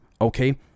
okay